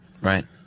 Right